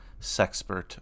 sexpert